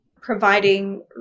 providing